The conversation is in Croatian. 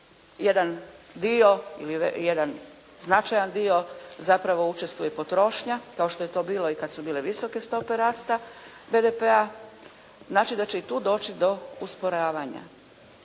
jedan značajan dio zapravo učestuje i potrošnja kao što je to bilo i kada su bile visoke stope rasta BDP-a, znači da će i tu doći do usporavanja.